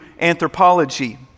anthropology